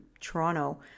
Toronto